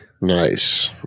Nice